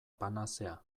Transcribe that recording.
panazea